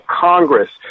Congress